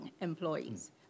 employees